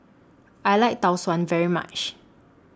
I like Tau Suan very much